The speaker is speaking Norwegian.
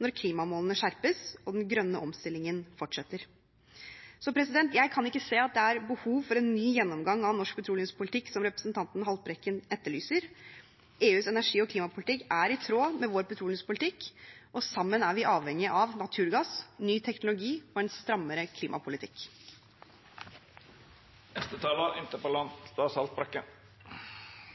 når klimamålene skjerpes og den grønne omstillingen fortsetter. Jeg kan ikke se at det er behov for en ny gjennomgang av norsk petroleumspolitikk, som representanten Haltbrekken etterlyser. EUs energi- og klimapolitikk er i tråd med vår petroleumspolitikk, og sammen er vi avhengige av naturgass, ny teknologi og en strammere